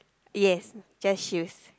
yes just shoes